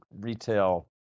retail